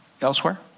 elsewhere